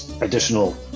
additional